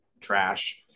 trash